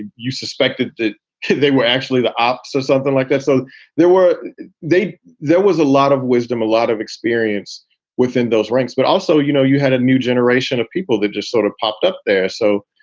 you suspected that they were actually the opposite or something like that. so there were they there was a lot of wisdom, a lot of experience within those ranks. but also, you know, you a new generation of people that just sort of popped up there. so,